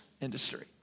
industry